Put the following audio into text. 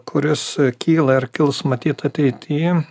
kuris kyla ir kils matyt ateity